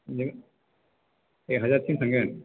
नो एक हाजारसिम थांगोन